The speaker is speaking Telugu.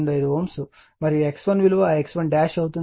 125 Ω మరియు X1 విలువ X1 అవుతుంది X1 K 2 ఇది 10